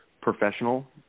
professional